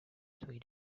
three